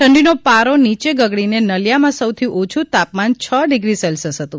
ઠંડીનો પારો નીચે ગગડીને નલિયામાં સૌથી ઓછું તાપમાન છ ડિગ્રી સેલ્સિયસ હતું